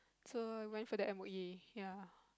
so I went for the M_O_E ya